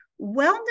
Wellness